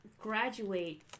graduate